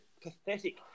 pathetic